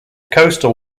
coastal